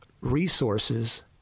resources